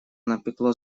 напекло